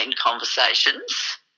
conversations